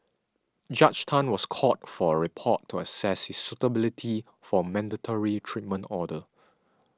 Judge Tan was called for a report to access his suitability for a mandatory treatment order